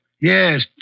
Yes